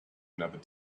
another